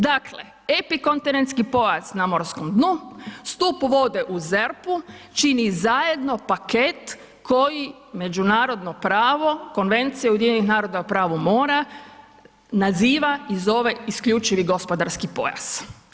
Dakle, epikontinentski pojas na morskom dnu, stup vode u ZERP-u čini zajedno paket koji međunarodno pravo Konvencija UN-a o pravu mora naziva i zove isključivi gospodarski pojas.